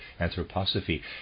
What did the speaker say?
anthroposophy